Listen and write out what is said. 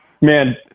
Man